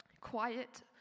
quiet